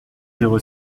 zéro